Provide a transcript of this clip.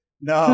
no